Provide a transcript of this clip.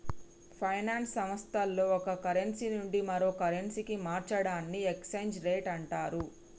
finance సంస్థల్లో ఒక currency నుండి మరో కరెన్సీకి మార్చడాన్ని ఎక్స్చేంజ్ రేట్ అంటరు